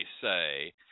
say